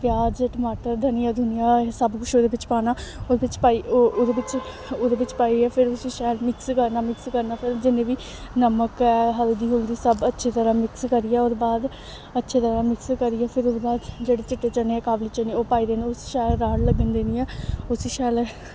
प्याज़ टमाटर धनिया धुनिया एह् सब कुछ ओह्दे बिच्च पाना ओह्दे बिच्च पाई ओह्दे बिच्च ओह्दे बिच्च पाइयै फिर उसी शैल मिक्स करना मिक्स करना फिर जिन्ने बी नमक ऐ हल्दी हुल्दी सब अच्छी तरह् मिक्स करियै ओह्दे बाद अच्छी तरह् मिक्स करियै फिर ओह्दे बाद जेह्ड़े चिट्टे चने काबली चने ओह् पाई देने उसी शैल राह्ड़ लग्गन देनी ऐ उसी शैल